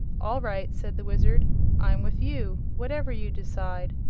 all right, said the wizard i'm with you, whatever you decide.